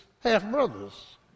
half-brothers